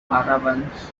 caravans